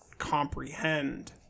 Comprehend